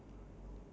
ya